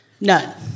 none